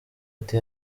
ati